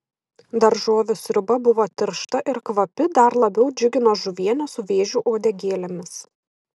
daržovių sriuba buvo tiršta ir kvapi dar labiau džiugino žuvienė su vėžių uodegėlėmis